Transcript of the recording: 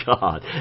God